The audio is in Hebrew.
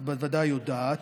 את בוודאי יודעת.